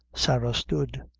sarah stood.